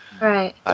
Right